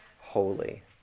holy